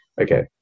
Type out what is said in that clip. okay